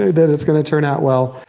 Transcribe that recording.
that it's gonna turn out well.